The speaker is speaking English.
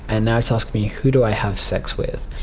and now it's asking me who do i have sex with?